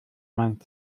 meint